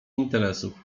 interesów